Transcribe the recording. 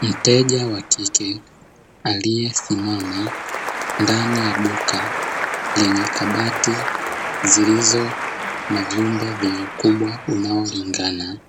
Mteja wa kike aliyesimama ndani ya duka, lenye kabati zilizo na vyumba vyenye ukubwa unaolingana